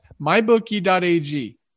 mybookie.ag